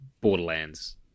Borderlands